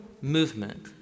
movement